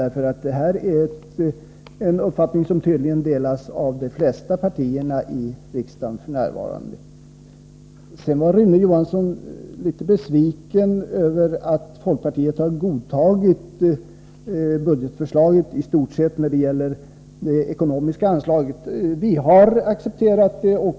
Denna uppfattning delas tydligen av de flesta partier i riksdagen f.n. Rune Johansson var litet besviken över att folkpartiet i stort sett har godtagit budgetförslaget när det gäller det ekonomiska anslaget.